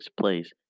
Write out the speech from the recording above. place